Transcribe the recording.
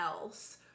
else